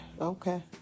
okay